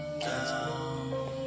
down